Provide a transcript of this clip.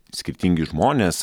skirtingi žmonės